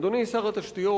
אדוני שר התשתיות,